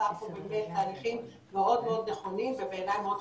עושה פה באמת תהליכים מאוד מאוד נכונים ובעיניי מאוד חשובים.